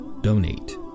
donate